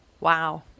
wow